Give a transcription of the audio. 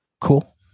Cool